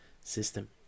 system